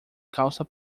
calça